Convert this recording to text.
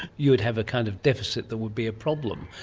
you would have a kind of deficit that would be a problem.